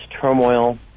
turmoil